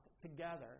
together